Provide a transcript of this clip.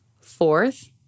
Fourth